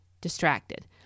distracted